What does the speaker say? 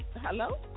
hello